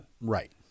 Right